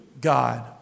God